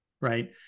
right